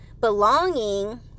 belonging